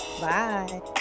Bye